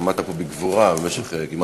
עמדת פה בגבורה במשך כמעט שעה.